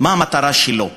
מה המטרה שלו.